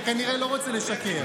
אתה כנראה לא רוצה לשקר.